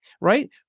right